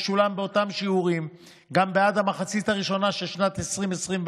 תשולם באותם שיעורים גם בעד המחצית הראשונה של שנת 2021,